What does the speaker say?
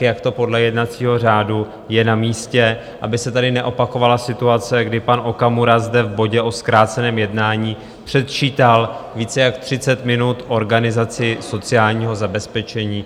jak to podle jednacího řádu je namístě, aby se tady neopakovala situace, kdy pan Okamura zde v bodě o zkráceném jednání předčítal více jak třicet minut organizaci sociálního zabezpečení.